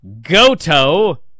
Goto